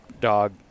dog